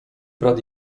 brat